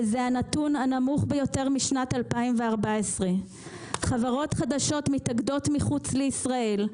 וזה הנתון הנמוך ביותר משנת 2014. חברות חדשות מתאגדות מחוץ לישראל,